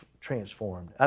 transformed